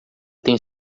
tem